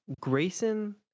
grayson